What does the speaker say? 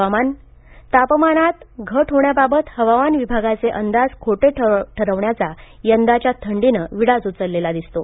हवामान तापमानात घट होण्याबाबत हवामान विभागाचे अंदाज खोटे ठरवण्याचा यंदाच्या थंडीने विडाच उचललेला दिसतो